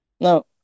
No